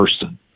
person